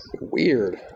Weird